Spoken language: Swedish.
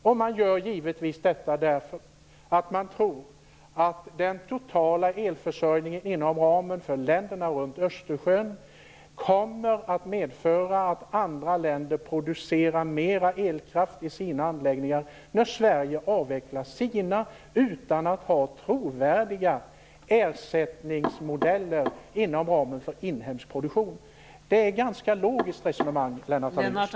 Givetvis gör de detta därför att de tror att den totala elförsörjningen för länderna runt Östersjön kommer att medföra att andra länder producerar mer elkraft i sina anläggningar när Sverige avvecklar sina utan att ha trovärdiga ersättningsmodeller inom ramen för inhemsk produktion. Det är ett ganska logiskt resonemang, Lennart Daléus!